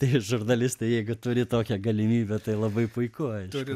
tai žurnalistai jeigu turi tokią galimybę tai labai puiku aišku